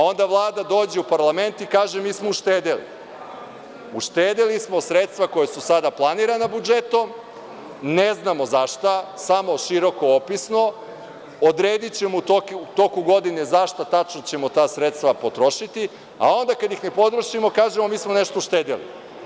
Onda Vlada dođe u parlament i kaže – mi smo uštedeli, uštedeli smo sredstva koja su sada planirana budžetom, ne znamo za šta, samo širokoopisno, odredićemo u toku godine za šta tačno ćemo ta sredstva potrošiti, a onda kad ih ne potrošimo, kažemo – mi smo nešto uštedeli.